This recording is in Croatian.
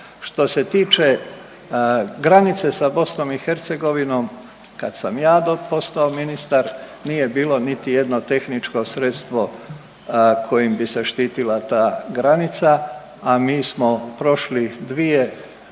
Što se tiče granice sa BiH, kad sam ja postao ministar, nije bilo niti jedno tehničko sredstvo kojim bi se štitila ta granica, a mi smo prošli 2